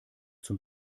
zum